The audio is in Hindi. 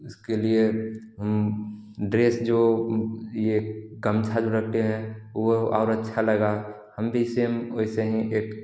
इसके लिए हम ड्रेस जो यह गमछा जो लपेटे हैं वह और अच्छा लगा हम भी सेम वैसे ही एक